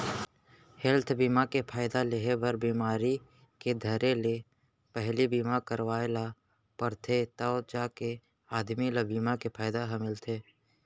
health बीमा के फायदा लेहे बर बिमारी के धरे ले पहिली बीमा करवाय ल परथे तव जाके आदमी ल बीमा के फायदा ह मिलथे